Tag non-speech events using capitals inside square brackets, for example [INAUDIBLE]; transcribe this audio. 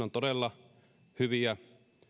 [UNINTELLIGIBLE] on todella hyviä